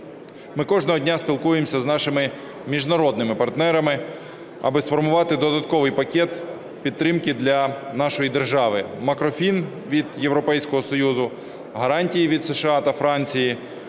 Ми кожного дня спілкуємося з нашими міжнародними партнерами, аби сформувати додатковий пакет підтримки для нашої держави. Макрофін від Європейського Союзу, гарантії від США та Франції,